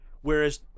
Whereas